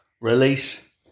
release